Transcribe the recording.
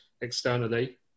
externally